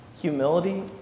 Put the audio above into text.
Humility